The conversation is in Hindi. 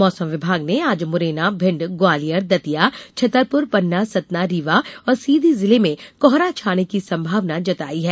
मौसम विभाग ने आज मुरैना भिण्ड ग्वालियर दतिया छतरपुर पन्ना सतना रीवा और सीधी जिले में कोहरा छाने की संभावना जताई है